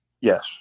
Yes